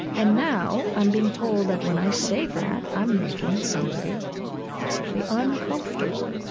and now i'm being told that when i say that, i'm making somebody possibly uncomfortable.